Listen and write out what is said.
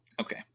okay